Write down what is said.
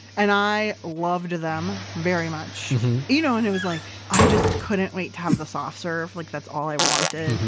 and i loved them very much you know, and it was like, i just couldn't wait to have the soft serve like that's all i wanted.